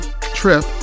Trip